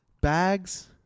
bags